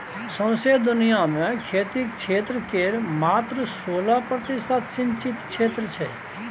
सौंसे दुनियाँ मे खेतीक क्षेत्र केर मात्र सोलह प्रतिशत सिचिंत क्षेत्र छै